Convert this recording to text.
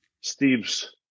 Steve's